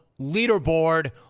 leaderboard